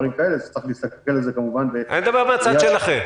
אז צריך להסתכל על זה -- אני מדבר מהצד שלכם.